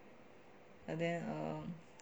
but then er